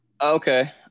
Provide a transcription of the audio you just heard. Okay